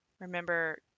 remember